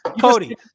Cody